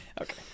Okay